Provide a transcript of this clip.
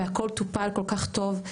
והכל טופל כל כך טוב.